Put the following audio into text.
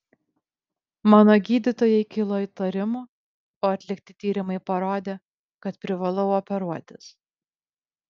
mano gydytojai kilo įtarimų o atlikti tyrimai parodė kad privalau operuotis